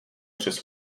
přes